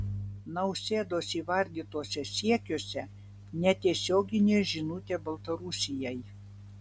nausėdos įvardytuose siekiuose netiesioginė žinutė baltarusijai